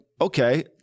Okay